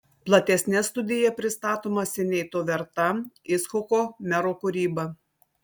platesne studija pristatoma seniai to verta icchoko mero kūryba